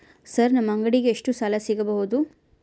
Sir ನಮ್ಮ ಅಂಗಡಿಗೆ ಎಷ್ಟು ಸಾಲ ಸಿಗಬಹುದು?